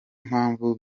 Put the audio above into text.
mpamvu